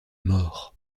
morts